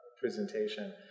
presentation